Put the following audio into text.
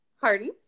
Pardon